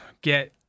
get